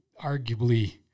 arguably